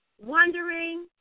wondering